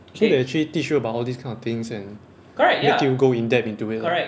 so they actually teach you about all these kind of things and make you go in depth into it lah